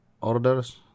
orders